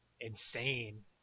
insane